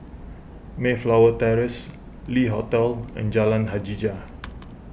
Mayflower Terrace Le Hotel and Jalan Hajijah